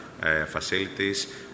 facilities